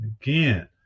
Again